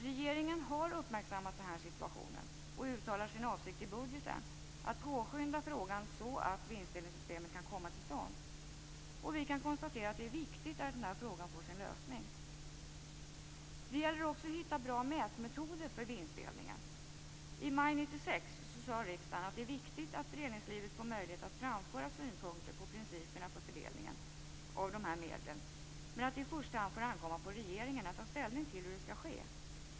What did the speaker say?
Regeringen har uppmärksammat den här situationen och uttalar sin avsikt i budgeten att påskynda frågan så att vinstdelningssystemet kan komma till stånd. Vi kan konstatera att det är viktigt att den här frågan får sin lösning. Det gäller också att hitta bra mätmetoder för vinstdelningen. I maj 1996 sade riksdagen att det är viktigt att föreningslivet får möjlighet att framföra synpunkter på principerna för fördelningen av de här medlen. Riksdagen sade också att det i första hand får ankomma på regeringen att ta ställning till hur det skall ske.